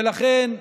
ולכן,